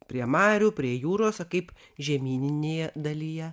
prie marių prie jūros o kaip žemyninėje dalyje